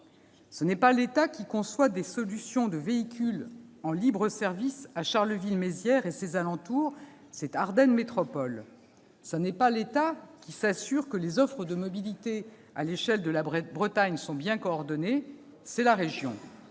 Ce n'est pas l'État qui conçoit des solutions avec des véhicules en libre-service à Charleville-Mézières et ses alentours, c'est Ardenne Métropole. Ce n'est pas l'État qui s'assure que les offres de mobilité à l'échelle de la Bretagne sont bien coordonnées, c'est la région.